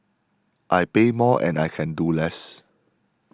I pay more and I can do less